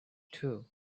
too